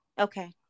Okay